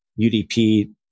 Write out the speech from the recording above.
UDP